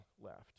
left